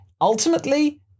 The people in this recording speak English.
ultimately